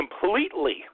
completely